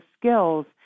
skills